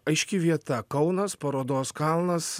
aiški vieta kaunas parodos kalnas